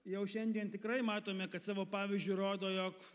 jau šiandien tikrai matome kad savo pavyzdžiu rodo jog